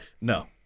No